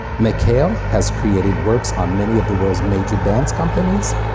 mckayle has created works on many of the world's major dance companies,